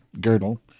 Girdle